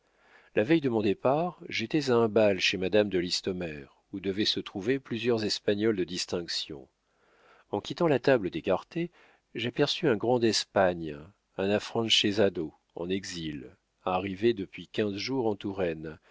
la veille de mon départ j'étais à un bal chez madame de listomère où devaient se trouver plusieurs espagnols de distinction en quittant la table d'écarté j'aperçus un grand d'espagne un afrancesado en exil arrivé depuis quinze jours en touraine